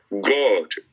God